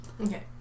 Okay